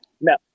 No